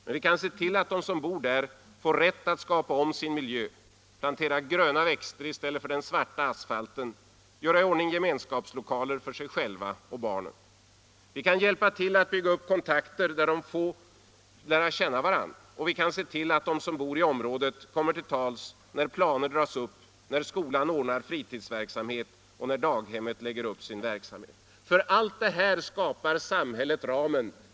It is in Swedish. Men vi kan se till att de som bor där får rätt att skapa om sin miljö — plantera gröna växter i stället för den svarta asfalten, göra iordning gemenskapslokaler för sig själva och barnen. Vi kan hjälpa till att bygga upp kontakter så att de får lära känna varandra. Och vi kan se till att de som bor i. området kommer till tals när planer dras upp, när skolan ordnar fritidsverksamhet och daghemmet lägger upp sin verksamhet. För allt detta skapar samhället ramen.